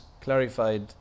clarified